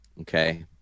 Okay